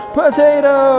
potato